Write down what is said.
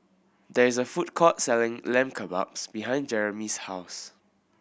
there is a food court selling Lamb Kebabs behind Jeremy's house